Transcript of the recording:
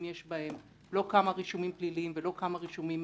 יש בהם לא כמה רישומים פליליים ולא כמה רישומים